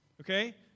Okay